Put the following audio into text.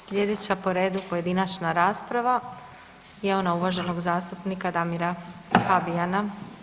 Sljedeća po redu pojedinačna rasprava je ona uvaženog zastupnika Damira Habijana.